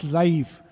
life